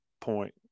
point